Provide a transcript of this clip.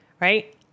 right